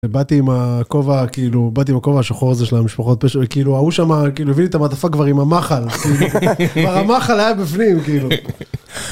ובאתי עם הכובע כאילו באתי עם הכובע השחור הזה של המשפחות פשוט כאילו הוא שמה כאילו הביא לי את המעטפה כבר עם המחל כאילו כבר המחל היה בפנים כאילו.